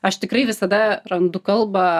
aš tikrai visada randu kalbą